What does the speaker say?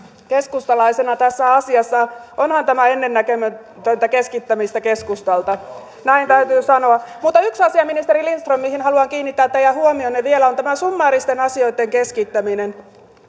keskustalaisena tässä asiassa onhan tämä ennennäkemätöntä keskittämistä keskustalta näin täytyy sanoa mutta yksi asia ministeri lindström mihin haluan kiinnittää teidän huomionne vielä on tämä summaaristen asioitten keskittäminen